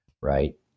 right